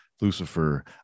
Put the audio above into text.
Lucifer